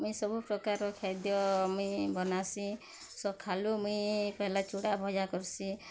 ମୁଇଁ ସବୁ ପ୍ରକାର ଖାଦ୍ୟ ମୁଇଁ ବନାସି ସକାଲୁ ମୁଇଁ ପହେଲା ଚୁଡ଼ା ଭଜା କରସି